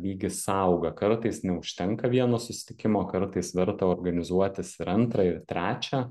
lygis auga kartais neužtenka vieno susitikimo kartais verta organizuotis ir antrą ir trečią